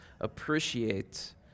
appreciate